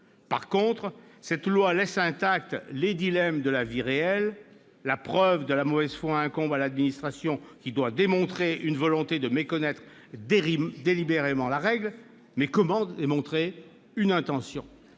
revanche, ce texte laisse intacts les dilemmes de la vie réelle : la preuve de la mauvaise foi incombe à l'administration qui doit démontrer une volonté de méconnaître délibérément la règle. Mais comment démontrer une intention ?